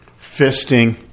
Fisting